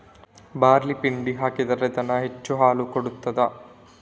Barley ಪಿಂಡಿ ಹಾಕಿದ್ರೆ ದನ ಹೆಚ್ಚು ಹಾಲು ಕೊಡ್ತಾದ?